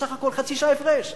בסך הכול חצי שעה הפרש.